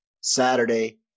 Saturday